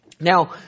Now